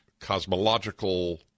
cosmological